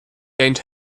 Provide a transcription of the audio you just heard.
gained